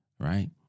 Right